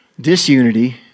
Disunity